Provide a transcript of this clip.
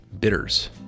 bitters